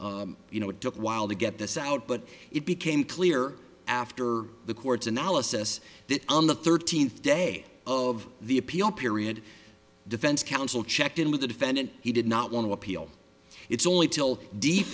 period you know it took a while to get this out but it became clear after the court's analysis that on the thirteenth day of the appeal period defense counsel checked in with the defendant he did not want to appeal it's only till deep